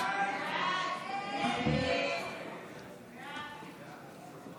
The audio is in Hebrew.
הסתייגות 54 לא נתקבלה.